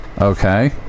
Okay